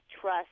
trust